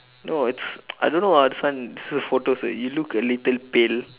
no it's I don't know ah this one this is a photo so you look a little pail